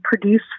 produce